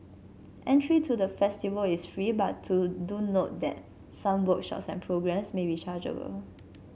entry to the festival is free but to do note that some workshops and programmes may be chargeable